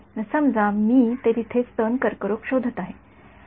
तर समजा मी तिथे स्तन कर्करोग शोधत आहे